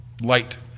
Light